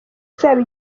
izaba